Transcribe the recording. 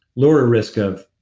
lower risk of